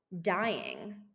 dying